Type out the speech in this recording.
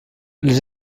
les